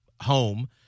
home